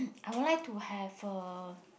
I would like to have a